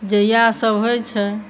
जे इएह सभ होइ छै